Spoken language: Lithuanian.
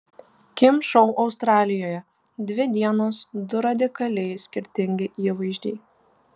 kim šou australijoje dvi dienos du radikaliai skirtingi įvaizdžiai